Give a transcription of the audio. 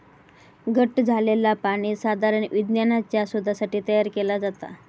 घट्ट झालंला पाणी साधारण विज्ञानाच्या शोधासाठी तयार केला जाता